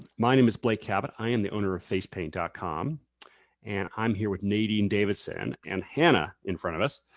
my name is blake cabot. i am the owner of facepaint dot com and i'm here with nadine davidson and hannah in front of us.